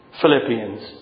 Philippians